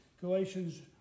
Galatians